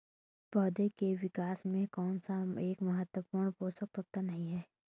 पौधों के विकास में कौन सा एक महत्वपूर्ण पोषक तत्व नहीं है?